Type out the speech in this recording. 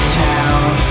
town